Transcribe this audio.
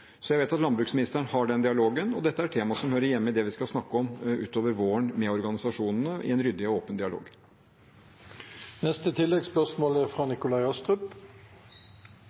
Jeg vet at landbruksministeren har den dialogen, og dette er tema som hører hjemme i det vi skal snakke om utover våren med organisasjonene, i en ryddig og åpen dialog. Nikolai Astrup – til oppfølgingsspørsmål. Jeg er